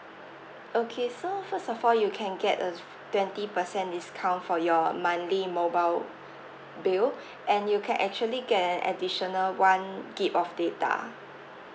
okay so first of all you can get a twenty percent discount for your monthly mobile bill and you can actually get an additional one gig of data